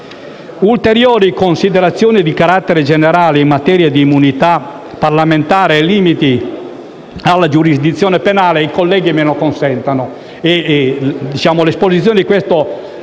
ulteriori considerazioni di carattere generale in materia di immunità parlamentari e di limiti alla giurisdizione penale. L'esposizione di questa